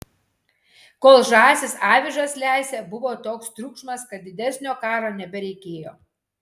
kol žąsys avižas lesė buvo toks triukšmas kad didesnio karo nebereikėjo